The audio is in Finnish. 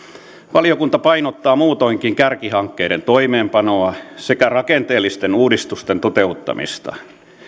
valiokunta painottaa muutoinkin kärkihankkeiden toimeenpanoa sekä rakenteellisten uudistusten toteuttamista